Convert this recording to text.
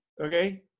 Okay